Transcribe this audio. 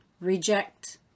reject